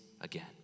again